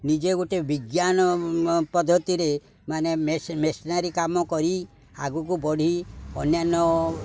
ନିଜେ ଗୋଟେ ବିଜ୍ଞାନ ପଦ୍ଧତିରେ ମାନେ ମେସିନାରୀ କାମ କରି ଆଗକୁ ବଢ଼ି ଅନ୍ୟାନ୍ୟ